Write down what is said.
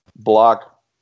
block